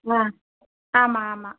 ஆமாம் ஆமாம்